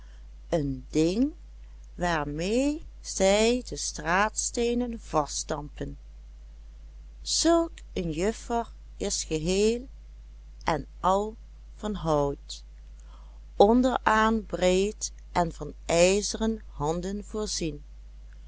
een ding waarmee zij de straatsteenen vaststampen zulk een juffer is geheel en al van hout onderaan breed en van ijzeren handen voorzien